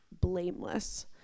blameless